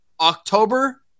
October